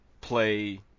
play